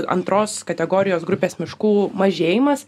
antros kategorijos grupės miškų mažėjimas